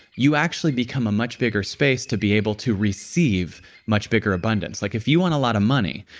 you actually become a much bigger space to be able to receive much bigger abundance. like if you want a lot of money,